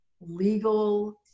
legal